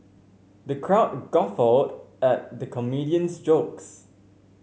the crowd guffawed at the comedian's jokes